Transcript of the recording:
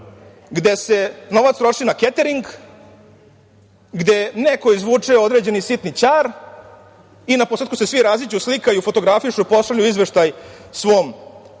gde se novac troši na ketering, gde neko izvuče određeni sitni ćar i naposletku se svi raziđu, slikaju i fotografišu, pošalju izveštaj svom